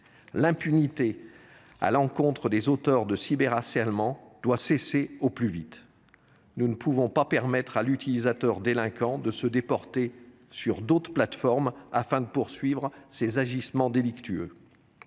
L’impunité à l’encontre des auteurs de cyberharcèlement doit cesser au plus vite. Nous ne pouvons pas permettre à l’utilisateur délinquant de se déporter sur d’autres plateformes afin de poursuivre ses agissements délictueux.